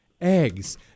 eggs